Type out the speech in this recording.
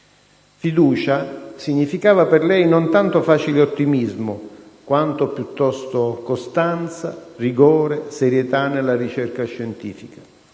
Fiducia significava per lei non tanto facile ottimismo quanto piuttosto costanza, rigore e serietà nella ricerca scientifica.